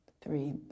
three